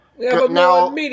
Now